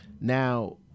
now